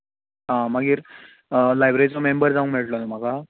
आं मागीर लायब्ररीचो मॅमबर जावूंक मेळटलो न्ही म्हाका